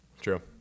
True